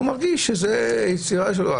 מרגיש שזה יצירה שלו.